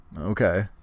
Okay